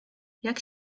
jak